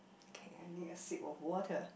okay I need a slip of water